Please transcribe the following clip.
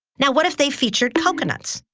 now, what if they featured coconuts?